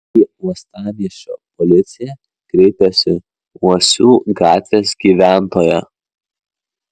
į uostamiesčio policiją kreipėsi uosių gatvės gyventoja